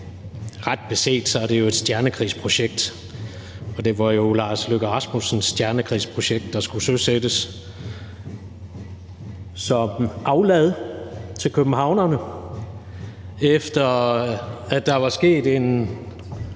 ret beset er det jo et stjernekrigsprojekt. Det var jo Lars Løkke Rasmussens stjernekrigsprojekt, der skulle søsættes som aflad til københavnerne, efter der havde været en